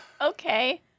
okay